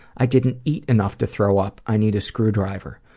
i didn't eat enough to throw up. i need a screwdriver.